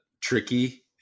tricky